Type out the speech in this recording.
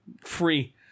free